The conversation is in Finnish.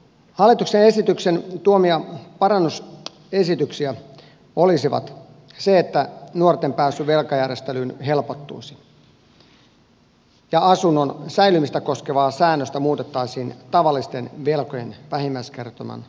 hallituksen esityksen tuomia parannusesityksiä olisivat se että nuorten pääsy velkajärjestelyyn helpottuisi ja se että asunnon säilymistä koskevaa säännöstä muutettaisiin tavallisten velkojen vähimmäiskertymän laskentatavan osalta